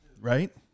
right